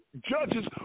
judges